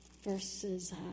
verses